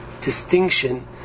distinction